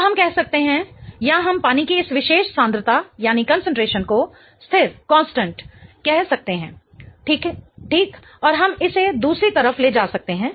तो हम कह सकते हैं या हम पानी की इस विशेष सांद्रता को स्थिर कह सकते हैं ठीक और हम इसे दूसरी तरफ ले जा सकते हैं